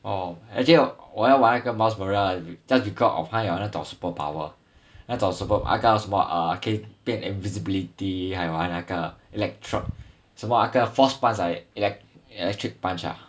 orh actually 我我要玩那个 miles morales just because of 他有那种 superpower 那种叫什么可以变 invisibility 还有他那个 electro 什么啊那个 force punch ah elect~ electric punch ah